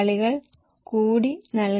15 X 1